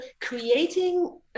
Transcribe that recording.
creating